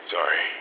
Sorry